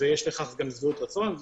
ויש בכך שביעות רצון,